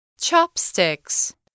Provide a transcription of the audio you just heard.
Chopsticks